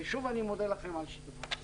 ושוב, אני מודה לכם על שיתוף הפעולה.